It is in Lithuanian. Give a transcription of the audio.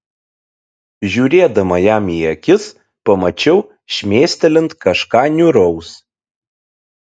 žiūrėdama jam į akis pamačiau šmėstelint kažką niūraus